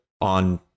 on